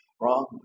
wrong